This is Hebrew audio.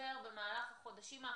במשבר במהלך החודשים האחרונים,